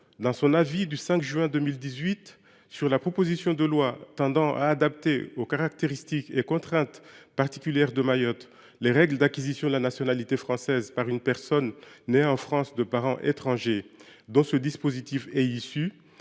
dans son avis du 5 juin 2018 sur la proposition de loi tendant à adapter aux caractéristiques et contraintes particulières de Mayotte les règles d’acquisition de la nationalité française par une personne née en France de parents étrangers, dont ce dispositif est issu,